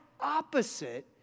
opposite